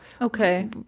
okay